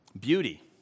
beauty